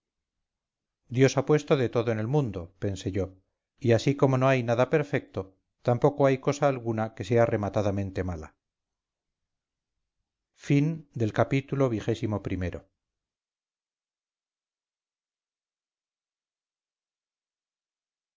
dios ha puesto de todo en el mundo pensé yo y así como no hay nada perfecto tampoco hay cosa alguna que sea rematadamente mala ii